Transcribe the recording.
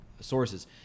sources